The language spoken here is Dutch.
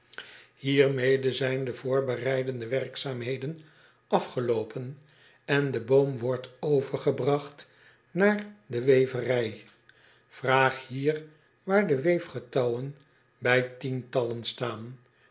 iermede zijn de voorbereidende werkzaamheden afgeloopen en de boom wordt overgebragt naar de weverij raag hier waar de weefgetouwen bij tientallen staan